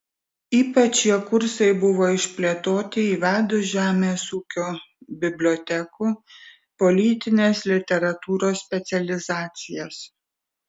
ypač šie kursai buvo išplėtoti įvedus žemės ūkio bibliotekų politinės literatūros specializacijas